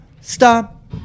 Stop